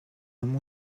amb